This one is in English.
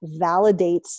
validates